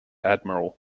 admiral